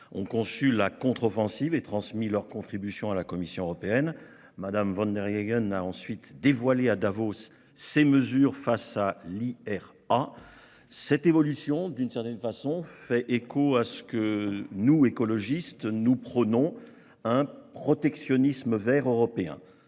ont conçu la contre-offensive et transmis leur contribution à la Commission européenne. Mme von der Leyen a ensuite dévoilé, à Davos, ses mesures face à l'IRA. Cette évolution renvoie à ce que nous, écologistes, prônons : un protectionnisme vert européen.